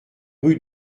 rue